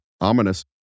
Ominous